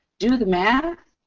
do the math,